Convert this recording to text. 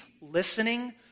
listening